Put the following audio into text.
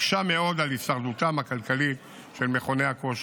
מקשה מאוד את הישרדותם הכלכלית של מכוני הכושר.